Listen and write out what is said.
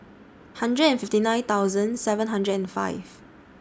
hundred and fifty nine thousand seven hundred and five